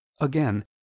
Again